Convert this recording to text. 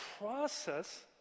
process